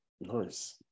Nice